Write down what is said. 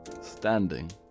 standing